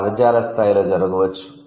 ఇది 'పదజాల స్థాయి'లో జరగవచ్చు